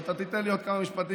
אתה תיתן לי עוד כמה משפטים,